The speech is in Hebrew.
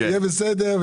יהיה בסדר,